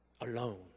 alone